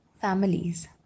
families